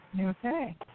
Okay